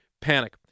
panic